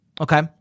okay